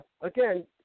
again